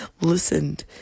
listened